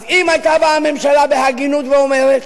אז אם היתה באה הממשלה בהגינות ואומרת: